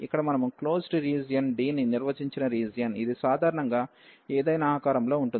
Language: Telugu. ఇక్కడ మనము క్లోస్డ్ రీజియన్ D ని నిర్వచించిన రీజియన్ ఇది సాధారణంగా ఏదైనా ఆకారంలో ఉంటుంది